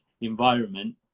environment